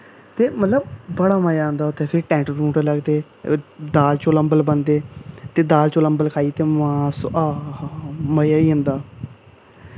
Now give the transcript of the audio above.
ते मतलब बड़ा मज़ा औंदा उत्थै फिर टैंट टुंट लगदे दाल चौल अम्बल बनदे ते दाल चौल अम्बल खाइयै अते आहा हा हा मज़ा आई जंदा